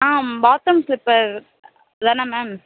ஆ bottom slipper தானே ma'am